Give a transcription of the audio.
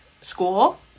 School